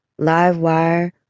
Livewire